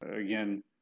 again